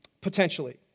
Potentially